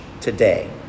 today